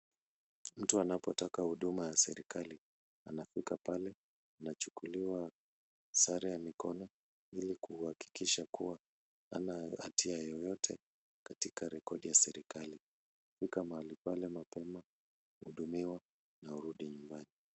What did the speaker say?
Mtu anapotaka huduma ya serekali anafika pale anachukuliwa sare ya mikono ili kuhakikisha kuwa hana hatia yoyote katika rekodi ya serekali. Fika mahali pale mapema, hudumiwa na urudi nyumbani.